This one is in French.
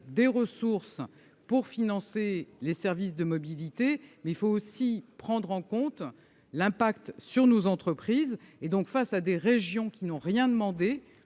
des ressources pour financer les services de mobilité, mais il faut aussi prendre en compte l'impact sur nos entreprises. Les régions n'ayant rien demandé,